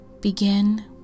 Begin